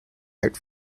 out